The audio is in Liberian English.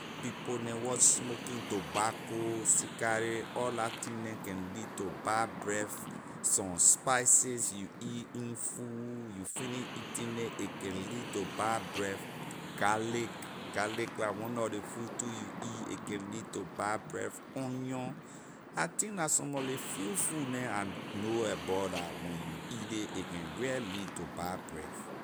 People neh wor smoking tobacco cigarette all lah tin and can lead to bad breath some spices you eat in food you finish eating ley it can lead to bad breath garlic garlic la one nor ley food too you eat it can lead to bad breath onion I think la some mor ley few food neh I know about la when you eat ley a can real lead to bad breath.